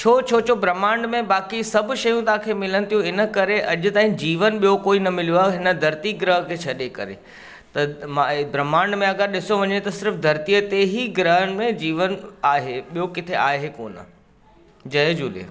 छो छोजो ब्रह्मांड में बाक़ी सभु शयूं तव्हांखे मिलनि थियूं हिन करे अॼु ताईं जीवन ॿियो कोई न मिलियो आ हिन धरती ग्रह खे छॾे करे त मां ए ब्रह्मांड में अगरि ॾिसो वञे सिर्फ धरती ते ई ग्रहनि में जीवन आहे ॿियो किथे आहे कोन जय झूले